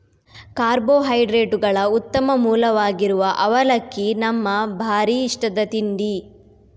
ಕಾರ್ಬೋಹೈಡ್ರೇಟುಗಳ ಉತ್ತಮ ಮೂಲವಾಗಿರುವ ಅವಲಕ್ಕಿ ನಮ್ಮ ಭಾರೀ ಇಷ್ಟದ ತಿಂಡಿ